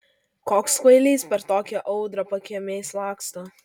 koks kvailys per tokią audrą pakiemiais laksto